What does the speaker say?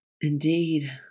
Indeed